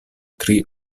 tri